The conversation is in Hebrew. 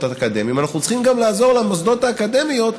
אקדמיים אנחנו צריכים לעזור גם למוסדות האקדמיים,